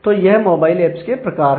तो यह mobile apps के प्रकार हैं